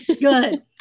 good